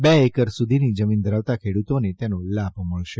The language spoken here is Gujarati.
બે એકર સુધીની જમીન ધરાવતા ખેડૂતોને તેનો લાભ મળશે